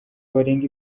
barenga